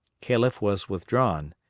calef was withdrawn,